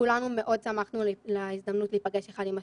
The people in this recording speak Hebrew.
כולנו מאוד שמחנו להזדמנות להיפגש אחד עם השני.